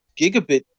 gigabit